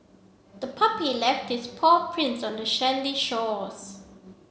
the puppy left its paw prints on the sandy shores